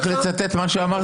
אני רוצה רק לצטט מה שאמרת.